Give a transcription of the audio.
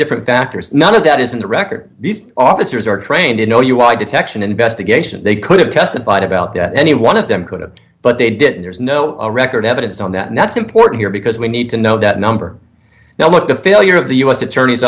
different factors none of that is in the record these officers are trained in o u i detection investigation they could have testified about that any one of them could have but they did there is no record evidence on that and that's important here because we need to know that number now what the failure of the u s attorney's